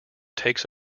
takes